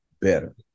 better